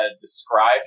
describe